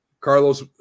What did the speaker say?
Carlos